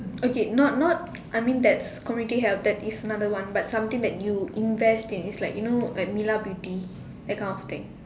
okay not not I mean that's community help that is another one but something that you invest in it's like you know like Mila beauty that kind of thing